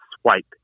swipe